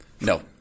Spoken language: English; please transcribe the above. No